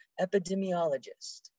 epidemiologist